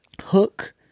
Hook